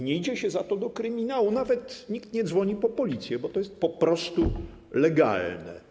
Nie idzie się za to do kryminału, nawet nikt nie dzwoni po policję, bo to jest po prostu legalne.